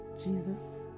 Jesus